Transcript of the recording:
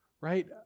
right